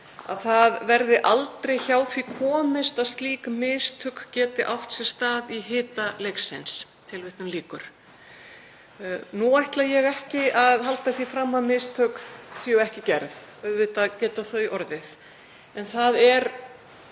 „Það verður aldrei hjá því komist að slík mistök geti átt sér stað í hita leiksins.“ Nú ætla ég ekki að halda því fram að mistök séu ekki gerð, auðvitað geta þau orðið, en það er